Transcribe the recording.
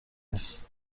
نیست